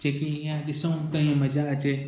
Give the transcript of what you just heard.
जेकी ईअं ॾिसऊं त ही मज़ा अचे